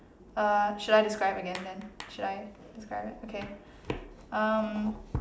uh should I describe again then should I describe it okay um